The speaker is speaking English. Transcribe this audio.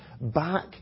back